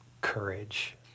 courage